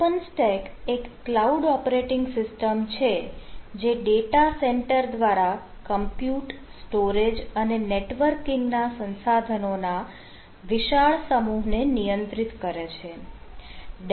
open stack એક cloud operating system છે જે ડેટા સેન્ટર દ્વારા કમ્પ્યુટ અને નેટવર્કિંગ ના સંસાધનો ના વિશાળ સમૂહ ને નિયંત્રિત કરે છે